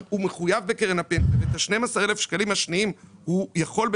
הוא מחויב בקרן הפנסיה ואת ה-12,000